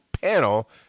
panel